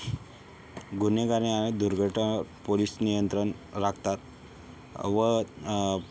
गुन्हेगारी आणि दुर्घटना पोलीस नियंत्रण राखतात व